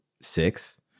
six